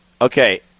okay